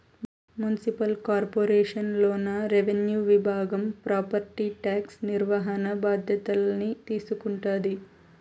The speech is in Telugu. మున్సిపల్ కార్పొరేషన్ లోన రెవెన్యూ విభాగం ప్రాపర్టీ టాక్స్ నిర్వహణ బాధ్యతల్ని తీసుకుంటాది